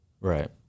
right